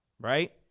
Right